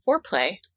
foreplay